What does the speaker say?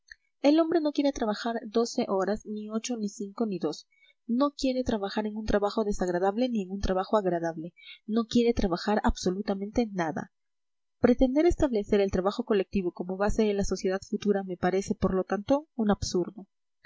el hombre no quiere trabajar doce horas ni ocho ni cinco ni dos no quiere trabajar en un trabajo desagradable ni en un trabajo agradable no quiere trabajar absolutamente nada pretender establecer el trabajo colectivo como base de la sociedad futura me parece por lo tanto un absurdo